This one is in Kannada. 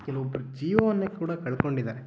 ಕೆಲವೊಬ್ಬರು ಜೀವವನ್ನೇ ಕೂಡ ಕಳ್ಕೊಂಡಿದ್ದಾರೆ